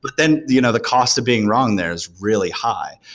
but then you know the cost of being wrong there is really high.